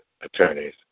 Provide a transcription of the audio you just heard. attorneys